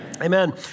Amen